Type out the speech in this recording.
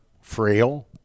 frail